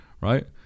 Right